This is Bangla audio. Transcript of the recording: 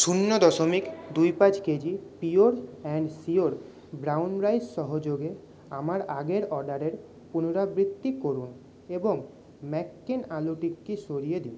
শূন্য দশমিক দুই পাঁচ KG pure and sure brown rice সহযোগে আমার আগের অর্ডারের পুনরাবৃত্তি করুন এবং ম্যাককেইন আলু টিক্কি সরিয়ে দিন